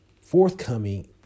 forthcoming